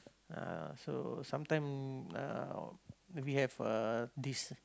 uh so sometime uh when we have uh this